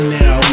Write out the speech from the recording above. now